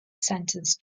sentenced